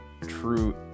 true